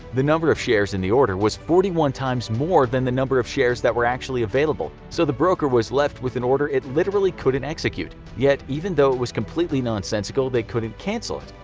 the number of shares in the order was forty one times more than the number of shares that were actually available, so the broker was left with an order it literally couldn't execute. yet even though it was completely nonsensical, they couldn't cancel it.